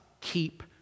keep